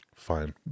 Fine